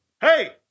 Hey